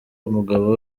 umugabo